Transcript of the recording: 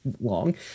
long